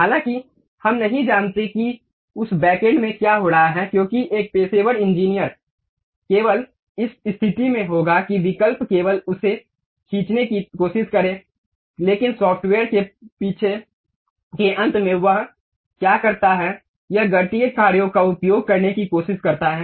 हालांकि हम नहीं जानते कि उस बैकएंड में क्या हो रहा है क्योंकि एक पेशेवर इंजीनियर केवल इस स्थिति में होगा कि विकल्प केवल उसे खींचने की कोशिश करें लेकिन सॉफ्टवेयर के पीछे के अंत में वह क्या करता है यह गणितीय कार्यों का उपयोग करने की कोशिश करता है